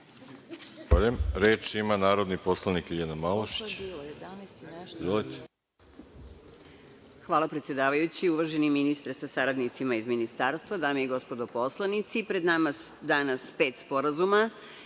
Hvala predsedavajući. Uvaženi ministre sa saradnicima iz Ministarstva, dame i gospodo poslanici, pred nama je danas pet sporazuma,